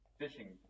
fishing